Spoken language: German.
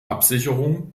absicherung